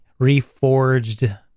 reforged